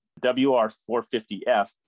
wr450f